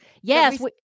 Yes